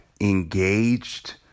engaged